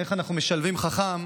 איך אנחנו משלבים בחוכמה